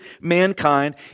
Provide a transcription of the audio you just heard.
mankind